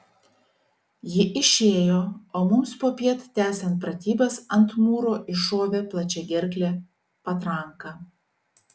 ji išėjo o mums popiet tęsiant pratybas ant mūro iššovė plačiagerklė patranka